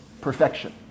perfection